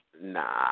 Nah